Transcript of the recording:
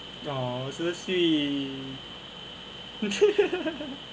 !ow! seriously